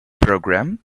program